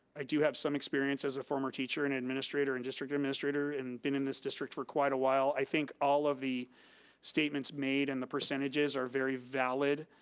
i do have some experience as a former teacher and administrator, and district administrator, and been in this district for quite awhile. i think all of the statements made and the percentages are very valid.